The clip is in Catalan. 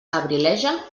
abrileja